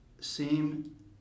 seem